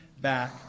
back